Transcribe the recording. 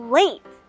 late